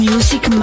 Music